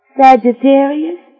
Sagittarius